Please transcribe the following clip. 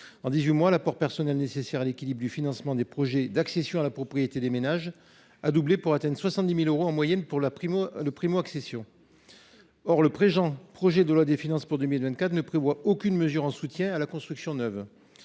huit mois, l’apport personnel nécessaire à l’équilibre du financement des projets d’accession à la propriété des ménages a doublé, pour atteindre 70 000euros en moyenne pour la primo accession. Or le présent projet de loi de finances pour 2024 ne prévoit aucune mesure en soutien à la construction neuve.